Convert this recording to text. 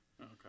Okay